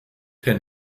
ten